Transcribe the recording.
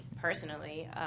personally